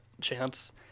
Chance